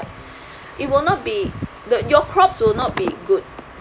it will not be the your crops will not be good